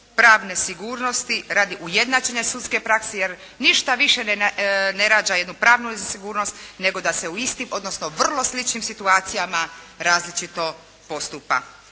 pravne sigurnosti, radi ujednačenja sudske prakse jer ništa više ne rađa jednu pravnu sigurnost nego da se u istim odnosno vrlo sličnim situacijama različito postupa.